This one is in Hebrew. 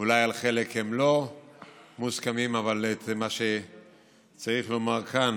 אולי חלק לא מוסכמים, אבל זה מה שצריך לומר כאן,